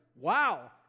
Wow